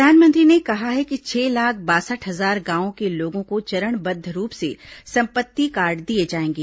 प्रधानमंत्री ने कहा कि छह लाख बासठ हजार गांवों के लोगों को चरणबद्व रूप से संपत्ति कार्ड दिए जाएंगे